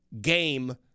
game